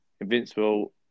Invincible